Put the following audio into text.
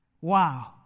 Wow